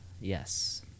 Yes